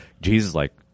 Jesus-like